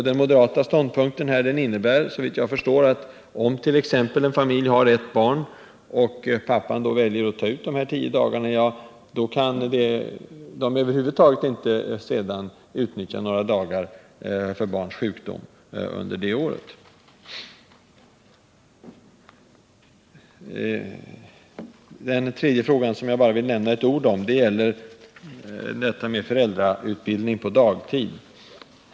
Den moderata ståndpunkten innebär, såvitt jag förstår, t.ex. att om en familj har ett barn och pappan väljer att ta ut de här tio dagarna kan föräldrarna sedan inte utnyttja mer än två dagar för barns sjukdom under det året. Den tredje frågan, som jag bara vill nämna några ord om, gäller föräldrautbildning på dagtid.